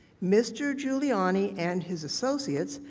mr. giuliani and his associates,